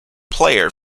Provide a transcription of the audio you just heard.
player